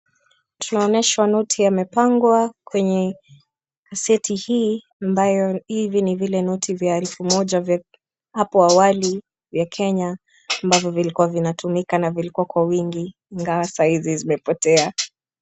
Twaonyeshwa noti yamepangwa kwenye seti hii ambayo hivi ni vile vya elfu moja vya hapo awali vya Kenya ambavyo vilikuwa vinatumika na vilikuwa kwa wingi ingawa saa hizi zimepotea.